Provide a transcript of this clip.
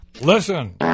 Listen